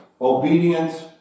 obedience